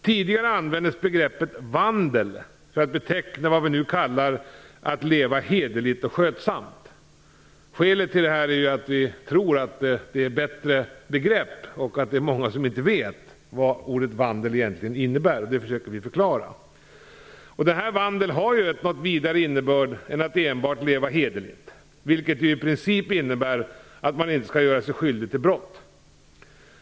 Tidigare användes begreppet "vandel" för att beteckna vad vi nu kallar "att leva hederligt och skötsamt". Skälet till ändringen är att vi tror att det senare är ett bättre begrepp och att många inte vet vad ordet vandel egentligen innebär. "Vandel" har en något vidare innebörd än att enbart leva hederligt, vilket ju i princip innebär att man inte skall göra sig skyldig till brott.